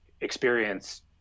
experience